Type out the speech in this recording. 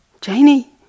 Janie